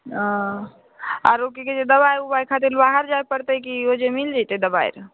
आरो कि कहै छै दबाइ उबाइ खरिदै लऽ बाहर जाइ पड़तै कि ओहिजे मिल जेतै दबाइ आर